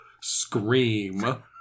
scream